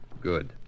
Good